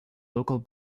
local